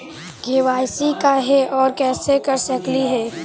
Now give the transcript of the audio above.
KYC का है, और कैसे कर सकली हे?